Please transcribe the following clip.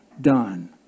done